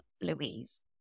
Louise